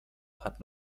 hat